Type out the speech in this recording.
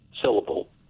syllable